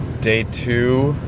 day two